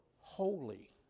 holy